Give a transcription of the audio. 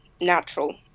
natural